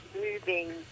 moving